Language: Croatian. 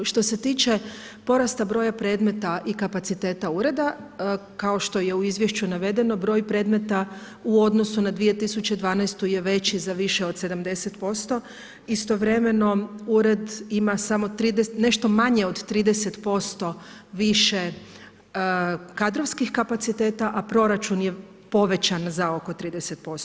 Što se tiče porasta broja predmeta i kapaciteta ureda, kao što je u izvješću navedeno broj predmeta u odnosu na 2012. je veći za više od 70%, istovremeno ured ima nešto manje od 30% više kadrovskih kapaciteta, a proračun je povećan za oko 30%